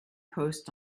post